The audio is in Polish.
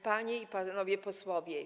Panie i Panowie Posłowie!